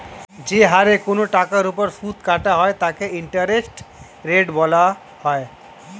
যে হারে কোন টাকার উপর সুদ কাটা হয় তাকে ইন্টারেস্ট রেট বলা হয়